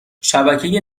شبکه